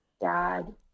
dad